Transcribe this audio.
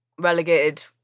relegated